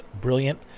brilliant